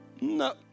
no